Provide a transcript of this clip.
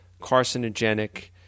carcinogenic